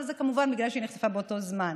אבל זה כמובן בגלל שהיא נחשפה באותו זמן.